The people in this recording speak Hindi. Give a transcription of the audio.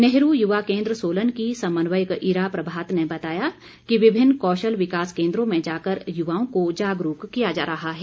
नेहरू युवा केन्द्र सोलन की समन्वयक ईरा प्रभात ने बताया कि विभिन्न कौशल विकास केन्द्रों में जाकर युवाओं को जागरूक किया जा रहा है